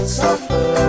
suffer